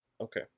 Okay